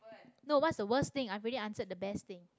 no what's the worst thing i've already answered the best thing